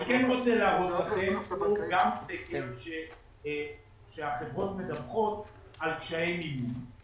אני כן רוצה להראות לכם שגם כאשר החברות מדווחות על קשיי מימון.